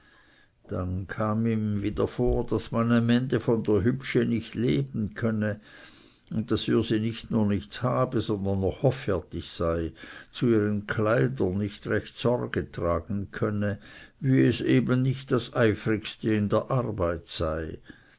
dann kam ihm wieder vor daß man am ende von der hübschi nicht leben könne und daß ürsi nicht nur nichts habe sondern noch hoffärtig sei zu ihren kleidern nicht recht sorge tragen könne wie es eben nicht das eifrigste in der arbeit sei